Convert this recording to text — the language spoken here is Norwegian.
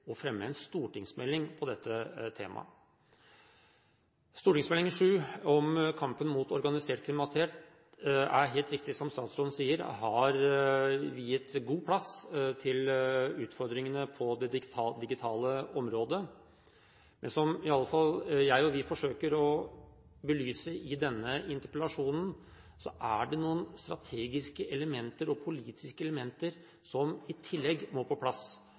å fremme en stortingsmelding om dette temaet. Meld. St. 7 for 2010–2011 om kampen mot organisert kriminalitet har, det er helt riktig som statsråden sier, viet god plass til utfordringene på det digitale området, men som jeg forsøker å belyse i denne interpellasjonen, er det noen strategiske og politiske elementer som i tillegg må på plass.